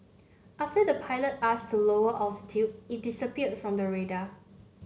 after the pilot asked to lower altitude it disappeared from the radar